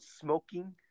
smoking